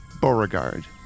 Beauregard